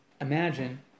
imagine